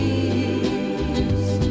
east